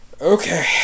Okay